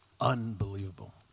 unbelievable